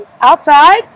outside